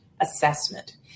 assessment